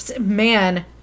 man